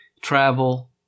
travel